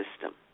system